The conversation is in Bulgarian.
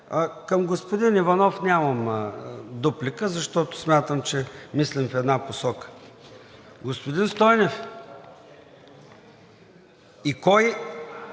Към господин Иванов нямам дуплика, защото смятам, че мислим в една посока. Господин Стойнев, и кой